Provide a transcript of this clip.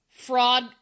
fraud